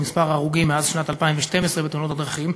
במספר ההרוגים מאז שנת 2012 בתאונות הדרכים,